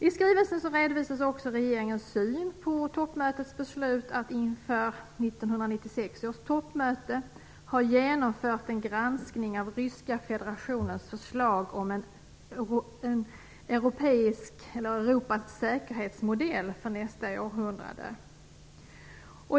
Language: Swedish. I skrivelsen redovisas också regeringens syn på toppmötets beslut att inför 1996 års toppmöte ha genomfört en granskning av den ryska federationens förslag om en Europas säkerhetsmodell för nästa århundrade.